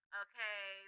okay